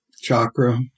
chakra